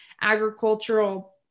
agricultural